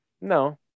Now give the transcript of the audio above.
No